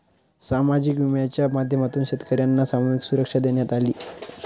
सामाजिक विम्याच्या माध्यमातून शेतकर्यांना सामूहिक सुरक्षा देण्यात आली